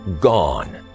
gone